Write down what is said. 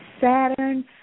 Saturn